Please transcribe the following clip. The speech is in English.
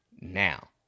now